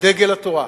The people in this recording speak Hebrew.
דגל התורה,